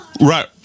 Right